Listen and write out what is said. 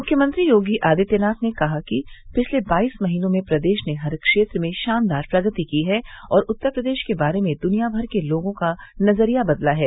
मुख्यमंत्री योगी आदित्यनाथ ने कहा कि पिछले बाईस महीनों में प्रदेश ने हर क्षेत्र में शानदार प्रगति की है और उत्तर प्रदेश के बारे में दुनिया भर में लोगों का नजरिया बदला है